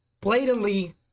blatantly